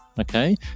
okay